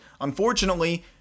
Unfortunately